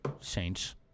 Saints